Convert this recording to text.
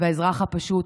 והאזרח הפשוט,